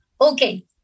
okay